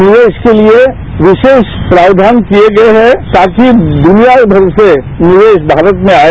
निवेश के लिए विशेष प्रावधान किये गये हैं ताकि दुनियाभर से निवेश भारत में आए